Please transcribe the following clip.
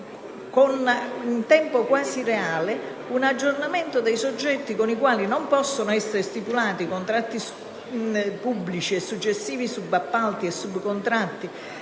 con un tempo quasi reale, un aggiornamento dei soggetti «con i quali non possono essere stipulati i contratti pubblici e successivi subappalti e subcontratti